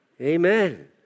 Amen